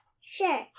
Sure